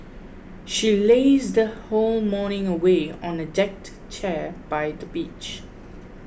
she lazed her whole morning away on a deck chair by the beach